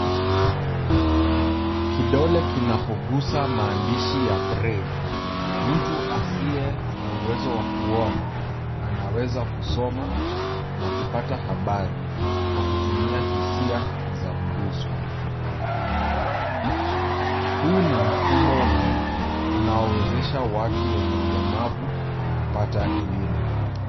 Kidole kinapogusa maandishi ya braile , mtu asiye na uwezo wa kuona, anaweza kusoma na kupata habari kwa kutumia hisia za mguso. Huu ni mfumo mpya unaowezesha watu wenye ulemavu kupata elimu.